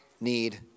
need